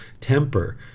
temper